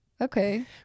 okay